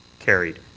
carried.